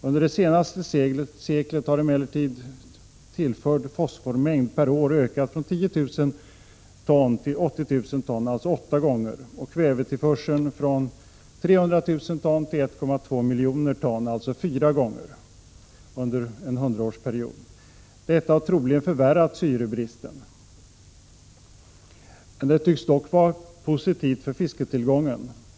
Under det senaste seklet har emellertid tillförd fosformängd per år ökat från 10 000 ton till 80 000 ton, alltså åtta gånger, och kvävetillförseln från 300 000 ton till 1,2 miljoner ton, alltså fyra gånger. Detta har troligen förvärrat syrebristen. Det tycks dock vara positivt för fisktillgången totalt sett.